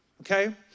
okay